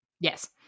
Yes